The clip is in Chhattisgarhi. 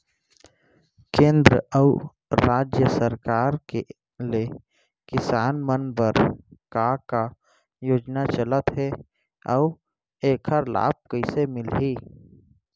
केंद्र अऊ राज्य सरकार ले किसान मन बर का का योजना चलत हे अऊ एखर लाभ कइसे मिलही?